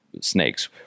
snakes